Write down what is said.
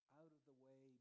out-of-the-way